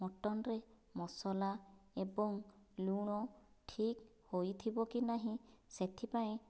ମଟନରେ ମସଲା ଏବଂ ଲୁଣ ଠିକ ହୋଇଥିବ କି ନାହିଁ ସେଥିପାଇଁ